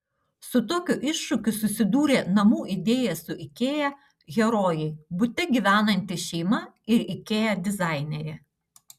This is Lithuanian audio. su tokiu iššūkiu susidūrė namų idėja su ikea herojai bute gyvenanti šeima ir ikea dizainerė